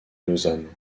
lausanne